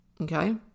okay